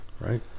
right